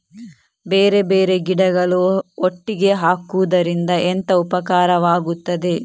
ಬೇರೆ ಬೇರೆ ಗಿಡಗಳು ಒಟ್ಟಿಗೆ ಹಾಕುದರಿಂದ ಎಂತ ಉಪಕಾರವಾಗುತ್ತದೆ?